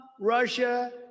Russia